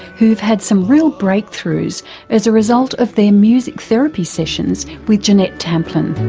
who've had some real breakthroughs as a result of their music therapy sessions with jeanette tamplin.